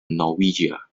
norwegia